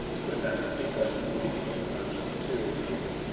could not speak unto you as unto spiritual,